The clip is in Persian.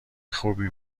خوبی